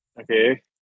okay